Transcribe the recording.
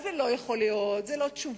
אז זה לא יכול להיות, זו לא תשובה.